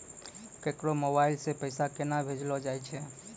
केकरो मोबाइल सऽ पैसा केनक भेजलो जाय छै?